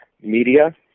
media